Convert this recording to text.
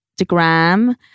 Instagram